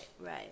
right